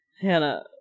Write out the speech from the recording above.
hannah